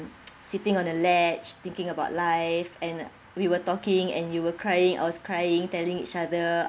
sitting on a ledge thinking about life and um we were talking and you were crying I was crying telling each other